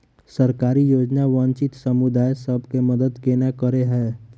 सरकारी योजना वंचित समुदाय सब केँ मदद केना करे है?